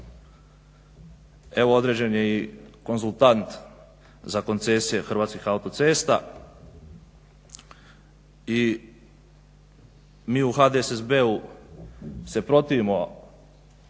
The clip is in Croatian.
Evo određen je i konzultant za koncesije Hrvatskih autocesta. I mi u HDSSB-u se protivimo